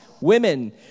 women